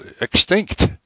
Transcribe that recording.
extinct